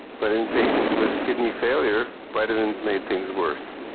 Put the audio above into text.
but in patients with kidney failure vitamins made things worse.